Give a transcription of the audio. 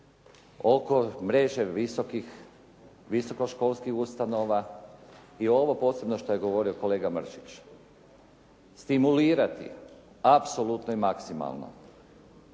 oko mreže visokoškolskih ustanova i ovo posebno što je govorio kolega Mršić, stimulirati apsolutno i maksimalno